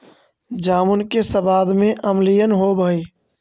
जामुन के सबाद में अम्लीयन होब हई